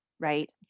right